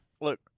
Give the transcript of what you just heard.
Look